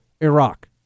Iraq